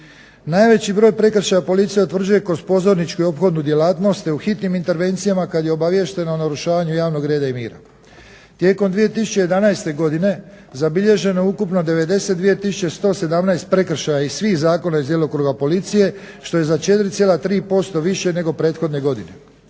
Najveći broj prekršaja policija utvrđuje kroz pozorničku i ophodnu djelatnost, te u hitnim intervencijama kada je obaviještena o narušavanju javnog reda i mira. Tijekom 2011. godine zabilježeno je ukupno 92117 prekršaja iz svih zakona iz djelokruga policije što je za 4,3% više nego prethodne godine.